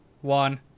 one